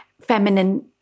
feminine